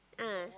ah